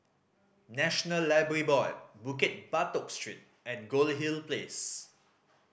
National Library Board Bukit Batok Street and Goldhill Place